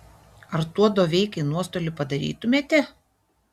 ar tuo doveikai nuostolių padarytumėte